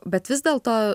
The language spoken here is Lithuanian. bet vis dėlto